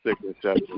sickness